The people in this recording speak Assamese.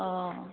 অ'